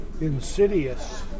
insidious